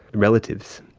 relatives,